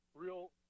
real